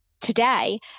today